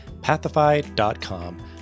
pathify.com